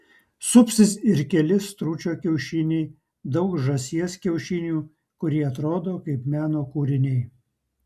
supsis ir keli stručio kiaušiniai daug žąsies kiaušinių kurie atrodo kaip meno kūriniai